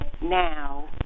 now